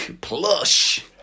plush